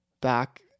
back